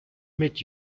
meet